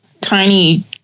tiny